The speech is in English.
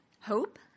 hope